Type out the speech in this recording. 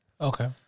okay